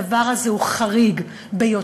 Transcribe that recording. הדבר הזה הוא חריג ביותר.